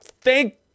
thank